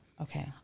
Okay